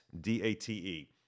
D-A-T-E